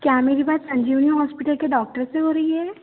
क्या मेरी बात संजीवनी हॉस्पिटल के डॉक्टर से हो रही है